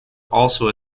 also